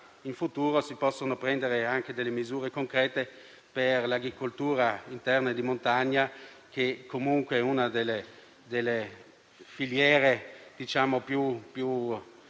in futuro si possano prendere anche delle misure concrete per l'agricoltura interna e di montagna, che è una delle filiere più importanti